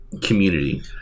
community